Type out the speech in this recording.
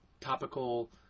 topical